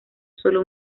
sólo